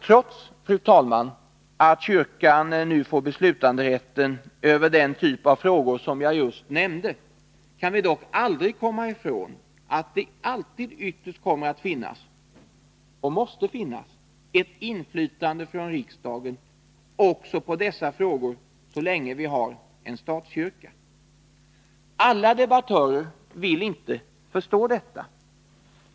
Trots att kyrkan nu får beslutanderätten över den typ av frågor som jag just nämnde kan vi dock aldrig komma ifrån att det alltid ytterst kommer att finnas— och måste finnas — ett inflytande från riksdagen också på dessa frågor så länge vi har en statskyrka. Alla debattörer vill inte förstå detta.